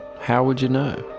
how would you know?